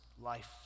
life